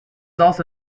also